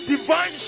divine